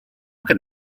can